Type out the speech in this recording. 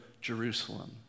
Jerusalem